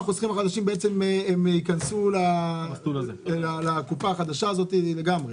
כל החוסכים החדשים ייכנסו לקופה החדשה הזו לגמרי?